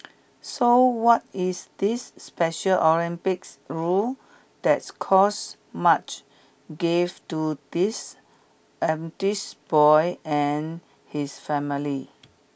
so what is this Special Olympics rule that's caused much grief to this boy and his family